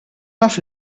taf